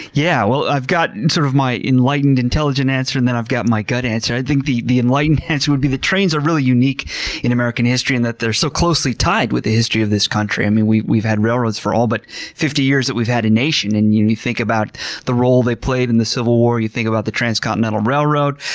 yeah i've got sort of my enlightened, intelligent answer and then i've got my gut answer. i think the the enlightened answer would be that trains are really unique in american history in that they're so closely tied with the history of this country. i mean, we've we've had railroads for all but fifty years that we've had a nation. you think about the role they played in the civil war. you think about the transcontinental railroad,